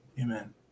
Amen